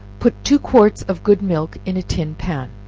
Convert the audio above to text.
put two quarts of good milk in a tin pan,